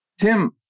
Tim